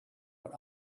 but